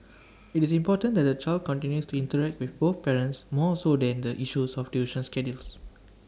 IT is important that the child continues to interact with both parents more so than issues of tuition schedules